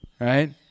right